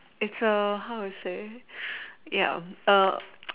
it's err how to say ya err